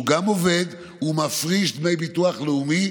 גם עובד והוא מפריש דמי ביטוח לאומי.